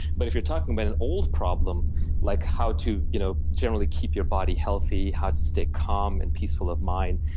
but if you're talking about an old problem like how to you know generally keep your body healthy, how to stay come and peaceful of mind,